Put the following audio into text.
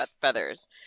Feathers